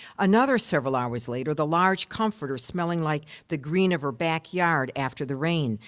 another several hours later, the large comforter smelling like the green of her backyard after the rain.